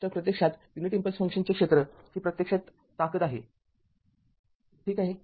तरप्रत्यक्षात unit impulse फंक्शनचे क्षेत्र ही प्रत्यक्षात ताकद आहे ठीक आहे